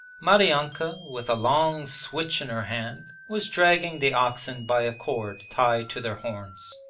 maryanka with a long switch in her hand was dragging the oxen by a cord tied to their horns.